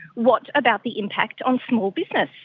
what about the impact on small business?